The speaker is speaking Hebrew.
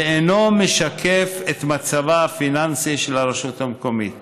ואינו משקף את מצבה הפיננסי של הרשות המקומית.